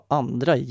andra